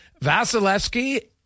Vasilevsky